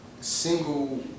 single